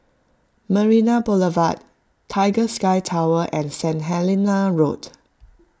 Marina Boulevard Tiger Sky Tower and Saint Helena Road